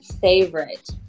favorite